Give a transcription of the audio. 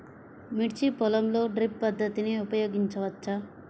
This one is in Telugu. మిర్చి పొలంలో డ్రిప్ పద్ధతిని ఉపయోగించవచ్చా?